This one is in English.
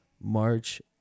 March